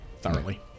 thoroughly